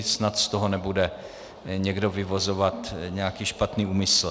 Snad z toho nebude někdo vyvozovat nějaký špatný úmysl.